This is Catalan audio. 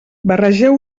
barregeu